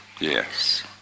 Yes